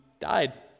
died